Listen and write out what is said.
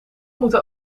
moeten